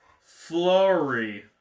Flory